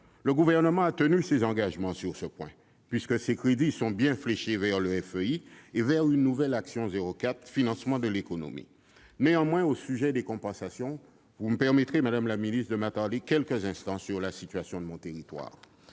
Le Gouvernement a tenu ses engagements sur ce point, puisque les crédits sont bien fléchés vers le FEI et vers une nouvelle action n° 04, Financement de l'économie. Néanmoins, au sujet des compensations, permettez-moi, madame la ministre, de m'attarder quelques instants sur la situation de mon territoire,